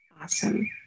Awesome